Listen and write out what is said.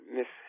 Miss